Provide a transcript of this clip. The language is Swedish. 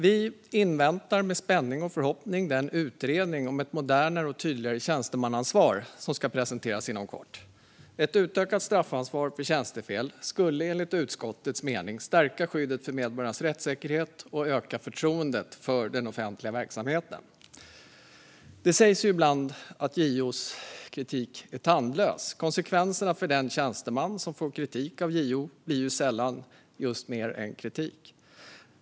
Vi inväntar med spänning och förhoppning den utredning om ett modernare och tydligare tjänstemannaansvar som ska presenteras inom kort. Ett utökat straffansvar för tjänstefel skulle enligt utskottets mening stärka skyddet för medborgarnas rättssäkerhet och öka förtroendet för den offentliga verksamheten. Det sägs ju ibland att JO:s kritik är tandlös, för konsekvenserna för den tjänsteman som får kritik av JO blir sällan något annat än just att denne får kritik.